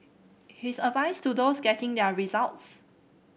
his advice to those getting their results